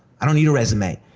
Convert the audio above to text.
i don't need a resume!